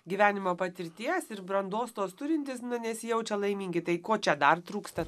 gyvenimo patirties ir brandos tos turintys nesijaučia laimingi tai ko čia dar trūksta